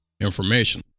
information